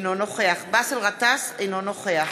אינו נוכח באסל גטאס, אינו נוכח